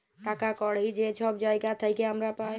টাকা কড়হি যে ছব জায়গার থ্যাইকে আমরা পাই